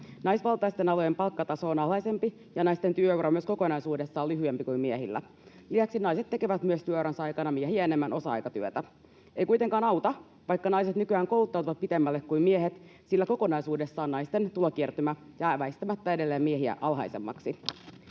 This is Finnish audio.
naisvaltaisten alojen palkkataso on alhaisempi ja naisten työura myös kokonaisuudessaan on lyhyempi kuin miehillä. Lisäksi naiset tekevät työuransa aikana miehiä enemmän osa-aikatyötä. Ei kuitenkaan auta, vaikka naiset nykyään kouluttautuvat pitemmälle kuin miehet, sillä kokonaisuudessaan naisten tulokertymä jää väistämättä edelleen miehiä alhaisemmaksi.